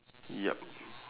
ya